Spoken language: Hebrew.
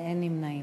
אין נמנעים.